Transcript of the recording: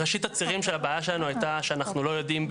ראשית הצירים של הבעיה שלנו הייתה שאנחנו לא יודעים,